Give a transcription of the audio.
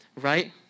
Right